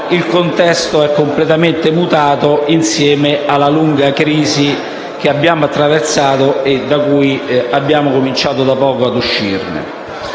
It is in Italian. il contesto è completamente mutato, insieme alla lunga crisi che abbiamo attraversato e da cui abbiamo cominciato da poco ad uscire.